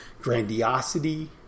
grandiosity